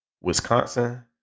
Wisconsin